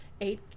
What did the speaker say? Eight